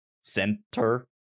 center